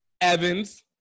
evans